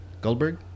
Goldberg